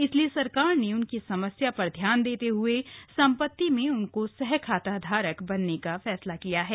इसलिए सरकार ने उनकी समस्या पर ध्यान देते हए संपत्ति में उनको सहखातेधारक बनाने का फैसला किया है